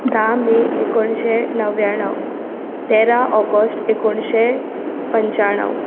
धा मे एकोणिशे नव्याण्णव तेरा ऑगस्ट एकोणीशे पंचाण्णव